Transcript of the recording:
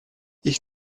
ich